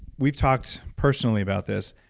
we've talked personally about this.